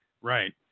Right